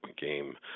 game